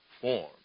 form